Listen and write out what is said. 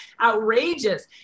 outrageous